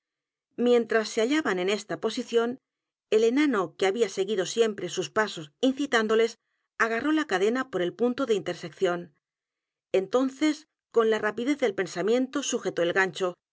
s se hallaban en esta posición el enano que había seguido siempre sus pasos incitándoles a g a r r ó la cadena por el punto de intersección entonces con la rapidez del pensamiento sujetó el gancho